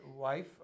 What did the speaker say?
wife